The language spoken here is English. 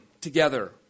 together